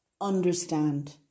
understand